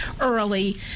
early